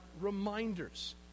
reminders